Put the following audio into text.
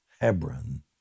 Hebron